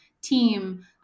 team